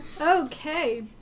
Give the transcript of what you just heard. Okay